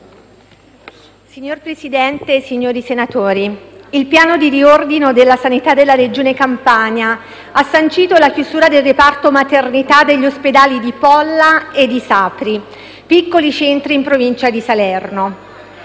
Signor Presidente, signori senatori, il piano di riordino della sanità della Regione Campania ha sancito la chiusura del reparto maternità degli ospedali di Polla e di Sapri, piccoli centri in provincia di Salerno.